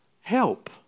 help